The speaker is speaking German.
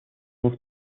muss